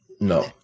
no